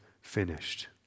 finished